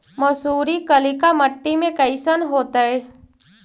मसुरी कलिका मट्टी में कईसन होतै?